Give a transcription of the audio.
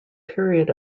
period